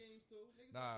Nah